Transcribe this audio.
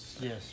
Yes